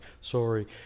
sorry